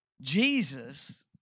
Jesus